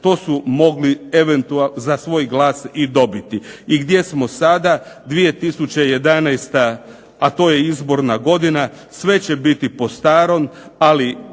to su mogli za svoj glas i dobiti. I gdje smo sada? 2011., a to je izborna godina sve će biti po starom, ali